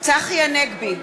צחי הנגבי,